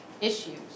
issues